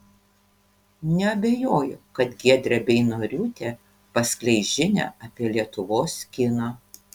neabejoju kad giedrė beinoriūtė paskleis žinią apie lietuvos kiną